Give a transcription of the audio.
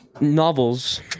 novels